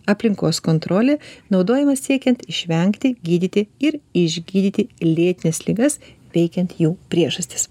aplinkos kontrolė naudojama siekiant išvengti gydyti ir išgydyti lėtines ligas veikiant jų priežastis